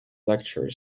lecture